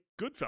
Goodfellas